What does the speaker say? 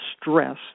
stress